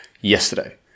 yesterday